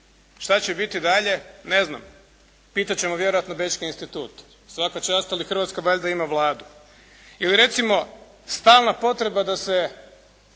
Što će biti dalje? Ne nam. Pitat ćemo vjerojatno Bečki institut. Svaka čas, ali Hrvatska valjda ima vladu. Ili recimo, stalna potreba da se